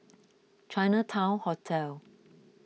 Chinatown Hotel